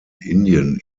indien